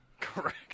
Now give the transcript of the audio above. Correct